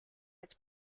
its